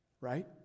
right